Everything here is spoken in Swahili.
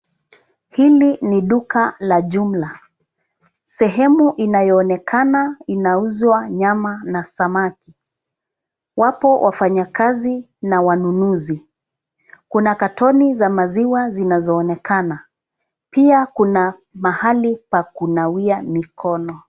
Hili ni duka la jumla. Sehemu inayoonekana inauzwa nyama na samaki. Wapo wafanyakazi na wanunuzi. Kuna katoni za maziwa zinazoonekana. Pia kuna mahali pa kunawia mikono.